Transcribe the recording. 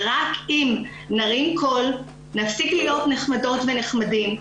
רק אם נרים קול, נפסיק להיות נחמדות ונחמדים,